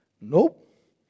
Nope